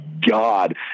God